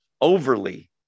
overly